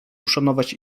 uszanować